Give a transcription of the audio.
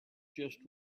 just